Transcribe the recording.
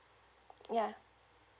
ya